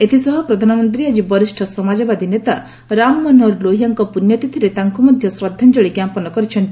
ଏଥିସହ ପ୍ରଧାନମନ୍ତ୍ରୀ ଆଜି ବରିଷ୍ଣ ସମାଜବାଦୀ ନେତା ରାମ ମନୋହର ଲୋହିଆଙ୍କ ପୁଣ୍ୟତିଥିରେ ତାଙ୍କୁ ମଧ୍ୟ ଶ୍ରଦ୍ଧାଞ୍ଚଳି ଜ୍ଞାପନ କରିଛନ୍ତି